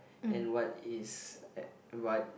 and what is what